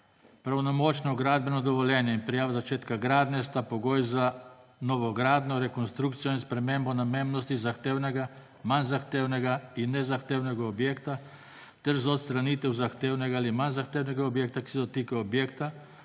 Pravnomočno gradbeno dovoljenje in prijava začetka gradnje sta pogoj za novogradnjo, rekonstrukcijo in spremembo namembnosti zahtevnega, manj zahtevnega in nezahtevnega objekta ter za odstranitev zahtevnega ali manj zahtevnega objekta, ki se dotika objekta